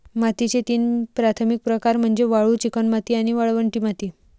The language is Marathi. मातीचे तीन प्राथमिक प्रकार म्हणजे वाळू, चिकणमाती आणि वाळवंटी माती